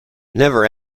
never